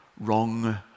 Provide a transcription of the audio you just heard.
wrong